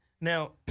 Now